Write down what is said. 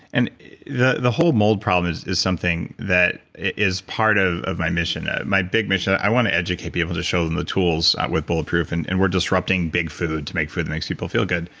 and the the whole mold problem is is something that is part of of my mission, ah my big mission. i want to educate people to show them the tools with bulletproof and and we're disrupting big food to make food that makes people feel good.